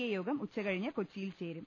A യോഗം ഉച്ചകഴിഞ്ഞ് കൊച്ചിയിൽ ചേരും